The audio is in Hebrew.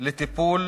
לטיפול